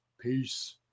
Peace